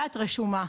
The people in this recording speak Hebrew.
ואת רשומה'.